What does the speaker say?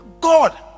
God